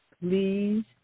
please